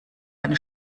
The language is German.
eine